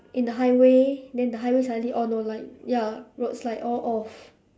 in the highway then the highway suddenly all no light ya roadside all off